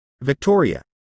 Victoria